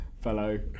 fellow